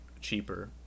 cheaper